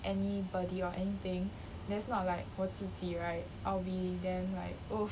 anybody or anything that's not like 我自己 right I'll be damn like oh